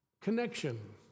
Connection